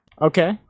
Okay